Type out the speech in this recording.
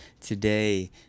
today